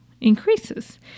increases